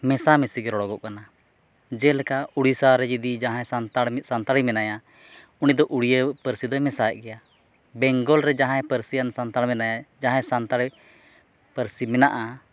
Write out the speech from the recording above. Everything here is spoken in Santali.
ᱢᱮᱥᱟᱢᱤᱥᱤᱜᱮ ᱨᱚᱲᱚᱜᱚᱜ ᱠᱟᱱᱟ ᱡᱮᱞᱮᱠᱟ ᱩᱲᱤᱥᱥᱟᱨᱮ ᱡᱩᱫᱤ ᱡᱟᱦᱟᱭ ᱥᱟᱱᱛᱟᱲ ᱢᱤᱫ ᱥᱟᱱᱛᱟᱲᱤ ᱢᱮᱱᱟᱭᱟ ᱩᱱᱤ ᱫᱚ ᱩᱲᱭᱟᱹ ᱯᱟᱹᱨᱥᱤ ᱫᱚᱭ ᱢᱮᱥᱟᱭᱮᱫ ᱜᱮᱭᱟ ᱵᱮᱝᱜᱚᱞ ᱨᱮ ᱡᱟᱦᱟᱭ ᱯᱟᱹᱨᱥᱤᱭᱟᱱ ᱥᱟᱱᱛᱟᱲ ᱢᱮᱱᱟᱭᱟ ᱡᱟᱦᱟᱭ ᱥᱟᱱᱛᱟᱲᱤ ᱯᱟᱹᱨᱥᱤ ᱢᱮᱱᱟᱜᱼᱟ